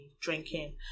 drinking